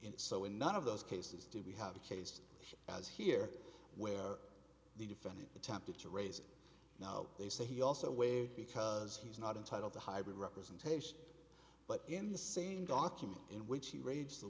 and so in none of those cases did we have a case i was here where the defendant attempted to raise now they say he also waived because he's not entitled to hybrid representation but in the same document in which he rage the